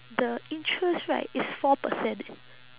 the interest right is four percent eh